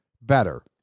better